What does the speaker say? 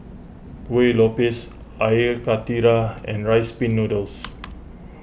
Kuih Lopes Air Karthira and Rice Pin Noodles